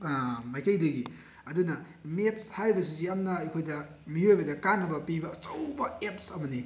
ꯃꯥꯏꯀꯩꯗꯒꯤ ꯑꯗꯨꯅ ꯃꯦꯞꯁ ꯍꯥꯏꯔꯤꯕꯁꯤꯁꯨ ꯌꯥꯝꯅ ꯑꯩꯈꯣꯏꯗ ꯃꯤꯑꯣꯏꯕꯗ ꯀꯥꯟꯅꯕ ꯄꯤꯕ ꯑꯆꯧꯕ ꯑꯦꯞꯁ ꯑꯃꯅꯤ